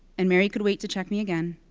and mary could wait to check me again.